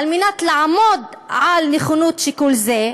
ועל מנת לעמוד על נכונות שיקול זה,